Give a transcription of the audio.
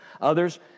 Others